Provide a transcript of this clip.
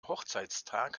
hochzeitstag